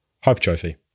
hypertrophy